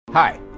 Hi